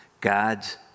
God's